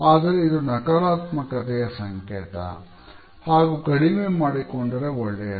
ಆದರೆ ಇದು ನಕಾರಾತ್ಮಕತೆಯ ಸಂಕೇತ ಹಾಗೂ ಕಡಿಮೆ ಮಾಡಿಕೊಂಡರೆ ಒಳ್ಳೆಯದು